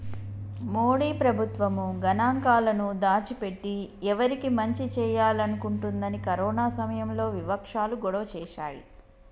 మోడీ ప్రభుత్వం గణాంకాలను దాచి పెట్టి ఎవరికి మంచి చేయాలనుకుంటుందని కరోనా సమయంలో వివక్షాలు గొడవ చేశాయి